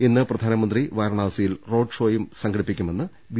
ഇന്ന് പ്രധാനമന്ത്രി വാരണാസിയിൽ റോഡ്ഷോയും സംഘടിപ്പിക്കുമെന്ന് ബി